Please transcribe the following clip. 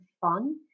fun